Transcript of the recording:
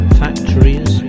factories